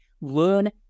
learn